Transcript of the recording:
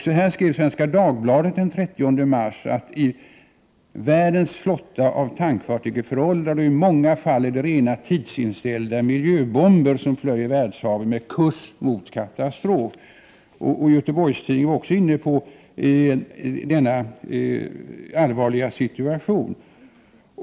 Så här skrev Svenska Dagbladet den 30 mars: ”Världens flotta av tankfartyg är föråldrad och i många fall är det rena tidsinställda miljöbomber som plöjer världshaven med kurs mot katastrof.” Även Göteborgstidningar uppmärksammade denna allvarliga situation.